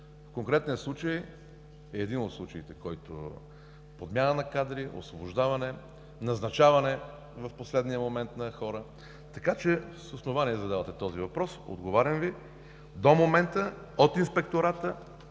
Конкретният случай – един от случаите – подмяна на кадри, освобождаване, назначаване в последния момент на хора. Така че с основание задавате този въпрос. Отговарям Ви – до момента от Инспектората